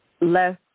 less